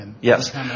Yes